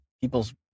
people's